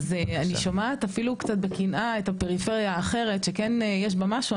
אני שומעת אפילו קצת בקנאה את הפריפריה האחרת שכן יש בה משהו,